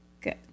Good